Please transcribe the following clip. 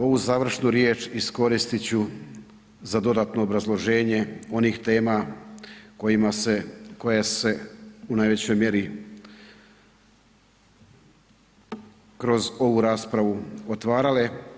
Ovu završnu riječ iskoristiti ću za dodatno obrazloženje onih tema kojima se, koja su se u najvećoj mjeri kroz ovu raspravu otvarale.